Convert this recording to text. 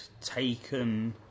taken